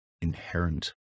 inherent